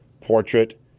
portrait